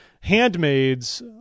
handmaids